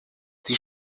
die